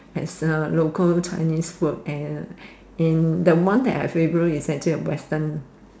theres a local Chinese food and in the one that I favour is actually a western